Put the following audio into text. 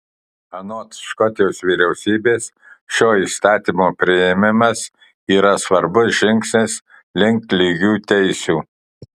anot škotijos vyriausybės šio įstatymo priėmimas yra svarbus žingsnis link lygių teisių